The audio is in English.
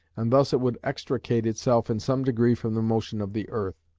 and thus it would extricate itself in some degree from the motion of the earth.